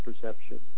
perception